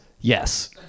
Yes